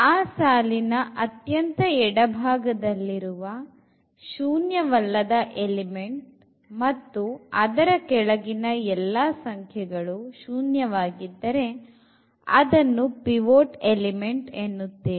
ಆ ಸಾಲಿನ ಅತ್ಯಂತ ಎಡಭಾಗದಲ್ಲಿರುವ ಶೂನ್ಯವಲ್ಲದ ಎಲಿಮೆಂಟ್ ಮತ್ತು ಅದರ ಕೆಳಗಿನ ಎಲ್ಲ ಸಂಖ್ಯೆಗಳು ಶೂನ್ಯ ವಾಗಿದ್ದರೆ ಅದನ್ನು ಪಿವೊಟ್ ಎಲಿಮೆಂಟ್ ಎನ್ನುತ್ತೇವೆ